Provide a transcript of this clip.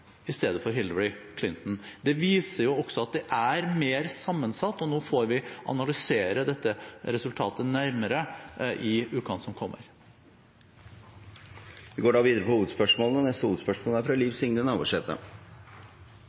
i stedet for Hillary Clinton. Det viser også at det er mer sammensatt, og nå får vi analysere dette resultatet nærmere i ukene som kommer. Vi går videre til neste hovedspørsmål.